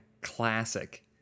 classic